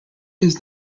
does